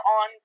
on